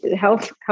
health